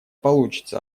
получится